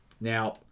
Now